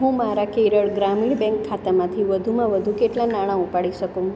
હું મારા કેરળ ગ્રામીણ બેંક ખાતામાંથી વધુમાં વધુ કેટલાં નાણાં ઉપાડી શકું